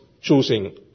choosing